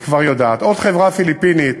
היא כבר יודעת, עוד חברה פיליפינית